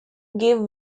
gave